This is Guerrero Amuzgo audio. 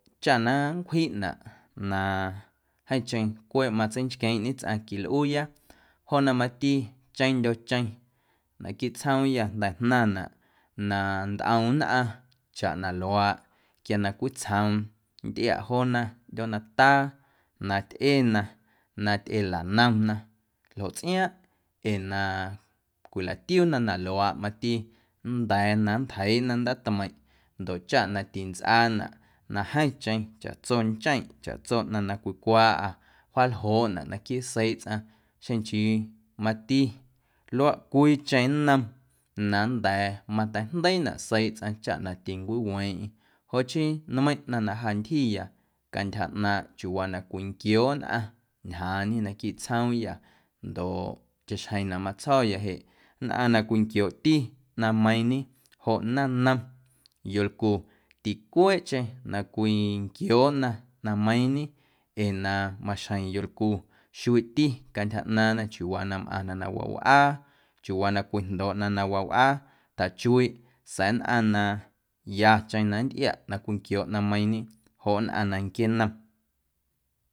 Chaꞌ na nncwjiꞌnaꞌ na jeeⁿcheⁿ cweꞌ matseinchqueeⁿꞌñe tsꞌaⁿ quilꞌuuya joꞌ na mati cheⁿndyo̱ cheⁿ naquiiꞌ tsjoomyâ jnda̱ jnaⁿnaꞌ na ntꞌom nnꞌaⁿ chaꞌ na luaaꞌ quia na cwitsjoom nntꞌiaꞌ joona ꞌndyoo nataa na tyꞌena na tyꞌelanomna ljoꞌ tsꞌiaaⁿꞌ ee na cwilatiuna na luaaꞌ mati nnda̱a̱ na nntjeiiꞌna ndaatmeiⁿꞌ ndoꞌ chaꞌ na tintsꞌaanaꞌ na jeeⁿcheⁿ chaꞌtso ncheⁿꞌ, chaꞌtso ꞌnaⁿ na cwicwaaꞌâ wjaaljooꞌnaꞌ naquiiꞌ seiiꞌ tsꞌaⁿ xeⁿ nchii mati luaꞌ cwiicheⁿ nnom na nnda̱a̱ mateijndeiinaꞌ seiiꞌ tsꞌaⁿ chaꞌ na tincwiweeⁿꞌeⁿ joꞌ chii nmeiⁿꞌ ꞌnaⁿ na ja ntyjiya cantyja ꞌnaaⁿꞌ chiuuwaa na cwinquiooꞌ nnꞌaⁿ njaañe naquiiꞌ tsjoomyâ ndoꞌ chaꞌxjeⁿ na matsjo̱ya jeꞌ nnꞌaⁿ na cwinquiooꞌti ꞌnaⁿmeiiⁿñe joꞌ naⁿnom yolcu ticweeꞌcheⁿ na cwinquiooꞌna ꞌnaⁿmeiiⁿñe ee na maxjeⁿ yolcu xuiiꞌti cantyja ꞌnaaⁿna chiuuwaa na mꞌaⁿna na wawꞌaa chiuuwaa na cwijndooꞌna na wawꞌaa tjachuiiꞌ sa̱a̱ nnꞌaⁿ na yacheⁿ na nntꞌiaꞌ na cwinquiooꞌ ꞌnaⁿmeiiⁿñe joꞌ nnꞌaⁿ na nquieenom.